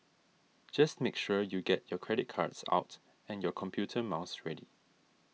just make sure you get your credit cards out and your computer mouse ready